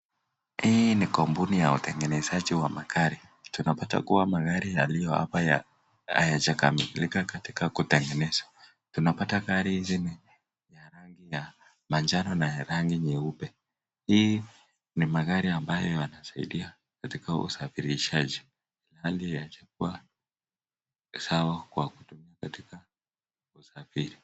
Hii ni kampuni ya utengenezaji wa magari. Tunapata kuwa magari yaliyo hapa hayajakamilika katika kutengenezwa. Tunapata gari hizi ni za rangi ya manjano na rangi nyeupe. Hii ni magari ambayo yanasaidia katika usafirishaji ila haijakuwa sawa kwa kutumia katika kusafirisha.